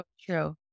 True